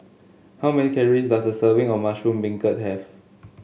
how many calories does a serving of Mushroom Beancurd have